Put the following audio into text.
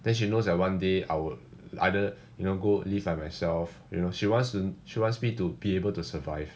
then she knows that one day I would either you know go leave by myself you know she wants to she wants me to be able to survive